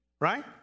right